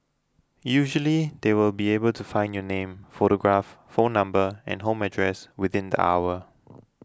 usually they will be able to find your name photograph phone number and home address within the hour